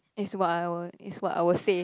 is what I will is what I will say